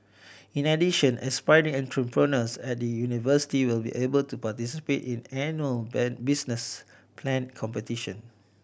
in addition aspiring entrepreneurs at the university will be able to participate in annual business plan competition